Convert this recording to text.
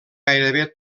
gairebé